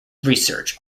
research